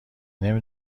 نمی